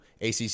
ACC